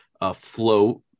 afloat